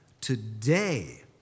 Today